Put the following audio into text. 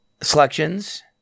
selections